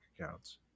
accounts